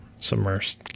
submersed